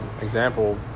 example